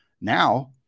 Now